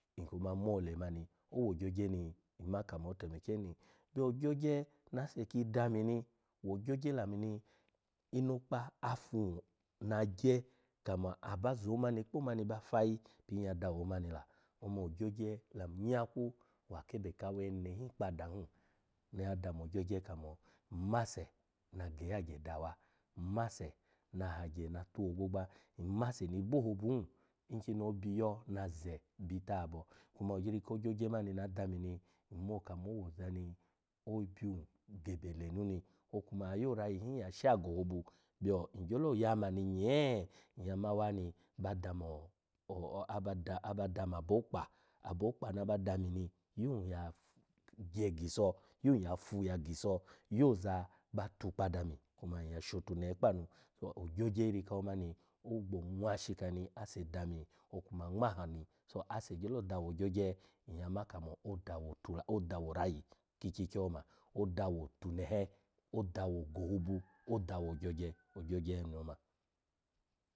Nkuma mo lemani, owo ogyogye ni nma kamo otemeke hin ni, byo ogyogye na ase ki dami ni wo ogyogye lamu ni inokpa afun na gye kamo aba zo omani kpo omani ba fayi pin ya dawo omani la. Ome ogyogye lamu nyakwu wa kebe kawene hin kpa ada hin ni adami ogyogye kamo, nmase, na geyagye dawa, nmase na hagye na tuwo ogbogba, nmase ni bo ohobu hin nkini obiyo na ze na bi tabo kuma agyi iri ko ogyogye mani na dami ni nmo kamo owaza ni obyun gebe lenu ni okuma yo orayi hin ya sha gohobu byo ngyolo ya mani nyee nyya mava mani ba damo o-aba dama obokpa, abokpa naba dami ni yun ya gye giso yun ya fu ya giso yoza ya gye giso yun ya fu ya giso yoza ba tukpa dami kuma nyya shotunehe kpa anu to gyogye iri komani ogbo nwashika ni ase dami okuma ngmaha ni, so ase gyolo dawo ogyogye nyya ma kamo odawo otu-odawo orayi, ki ik yikyo oma, odawo otunehe, odawo gohobu odawo ogyogye ogyogye oma.